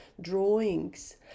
drawings